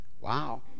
Wow